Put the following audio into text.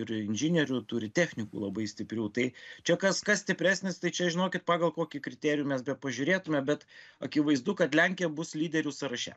ir inžinierių turi technikų labai stiprių tai čia kas kas stipresnis tai čia žinokit pagal kokį kriterijų mes bepažiūrėtume bet akivaizdu kad lenkija bus lyderių sąraše